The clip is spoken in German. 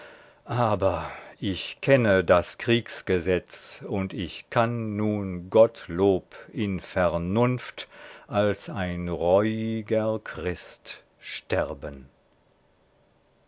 aber ich kenne das kriegsgesetz und ich kann nun gottlob in vernunft als ein reuiger christ sterben